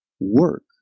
work